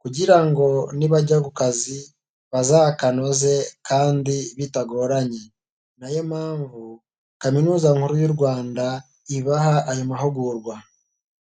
kugira ngo nibajya ku kazi bazakanoze kandi bitagoranye. Ni nayo mpamvu kaminuza nkuru y'u Rwanda ibaha ayo mahugurwa.